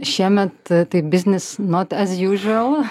šiemet tai business not as usual